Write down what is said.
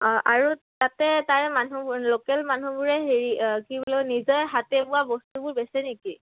অঁ আৰু তাতে তাৰে মানুহব লোকেল মানুহবোৰে হেৰি কি বোলে নিজে হাতে বোৱা বস্তুবোৰ বেচে নেকি